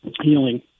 healing